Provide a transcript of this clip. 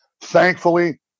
thankfully